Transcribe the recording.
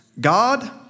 God